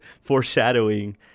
Foreshadowing